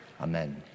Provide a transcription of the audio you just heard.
Amen